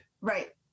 Right